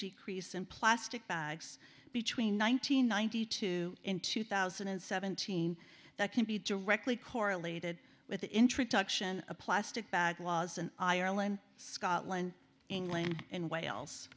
decrease in plastic bags between one nine hundred ninety two in two thousand and seventeen that can be directly correlated with the introduction of plastic bag laws and ireland scotland england in wales